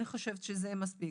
אני חושבת שזה מספיק.